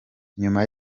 nyuma